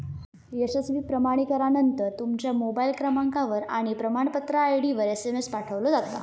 यशस्वी प्रमाणीकरणानंतर, तुमच्या मोबाईल क्रमांकावर आणि प्रमाणपत्र आय.डीवर एसएमएस पाठवलो जाता